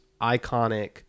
iconic